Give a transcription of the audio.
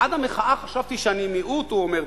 עד המחאה חשבתי שאני מיעוט" הוא אומר,